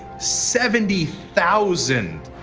seventy thousand!